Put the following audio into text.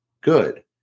Good